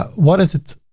but what is it,